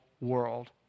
world